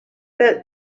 that